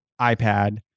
iPad